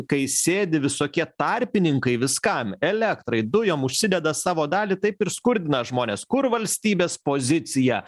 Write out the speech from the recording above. kai sėdi visokie tarpininkai viskam elektrai dujom užsideda savo dalį taip ir skurdina žmones kur valstybės pozicija